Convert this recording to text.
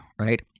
right